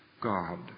God